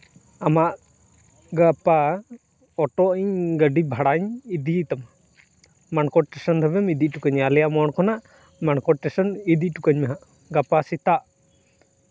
ᱟᱢᱟᱜ ᱜᱟᱯᱟ ᱚᱴᱳ ᱤᱧ ᱜᱟᱹᱰᱤ ᱵᱷᱟᱲᱟᱧ ᱤᱫᱤ ᱛᱟᱢᱟ ᱢᱟᱱᱠᱚᱲ ᱴᱮᱥᱚᱱ ᱫᱷᱟᱹᱵᱤᱡ ᱮᱢ ᱤᱫᱤ ᱦᱚᱴᱚ ᱠᱟᱹᱧᱟᱹ ᱟᱞᱮᱭᱟᱜ ᱢᱳᱲ ᱠᱷᱚᱱᱟᱜ ᱢᱟᱱᱠᱚᱲ ᱴᱮᱥᱚᱱ ᱤᱫᱤ ᱦᱚᱴᱚ ᱠᱟᱹᱧ ᱢᱮᱦᱟᱜ ᱜᱟᱯᱟ ᱥᱮᱛᱟᱜ